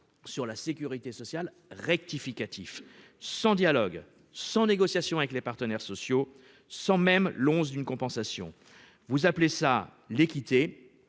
de la sécurité sociale, sans dialogue, sans négociation avec les partenaires sociaux, sans même l'once d'une compensation ! Vous appelez cela l'équité